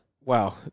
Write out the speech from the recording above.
Wow